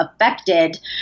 affected